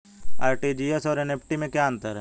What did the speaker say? RTGS और NEFT में क्या अंतर है?